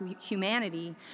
humanity